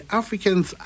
Africans